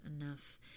enough